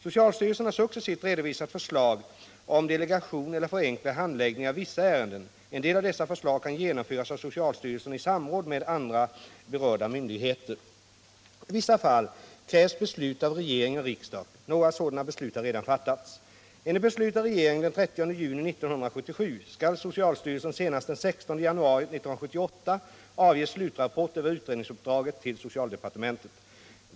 Socialstyrelsen har successivt redovisat förslag om delegation eller förenklad handläggning av vissa ärenden. En del av dessa förslag kan genomföras av socialstyrelsen i samråd med andra berörda myndigheter. I vissa fall krävs beslut av regering och riksdag. Några sådana beslut har redan fattats. Enligt beslut av regeringen den 30 juni 1977 skall socialstyrelsen senast den 16 januari 1978 avge slutrapport över utredningsuppdraget till socialdepartementet.